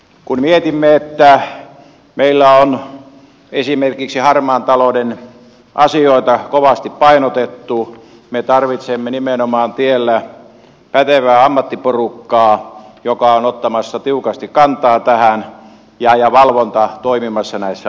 kun mietimme sitä että meillä on esimerkiksi harmaan talouden asioita kovasti painotettu niin me tarvitsemme nimenomaan tiellä pätevää ammattiporukkaa joka on ottamassa tiukasti kantaa tähän ja sitä että valvonta toimii näissä asioissa